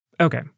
Okay